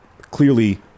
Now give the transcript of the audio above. clearly